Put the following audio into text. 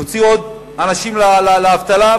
להוציא עוד אנשים לאבטלה,